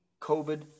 COVID